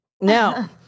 Now